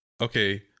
okay